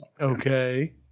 Okay